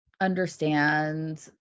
understand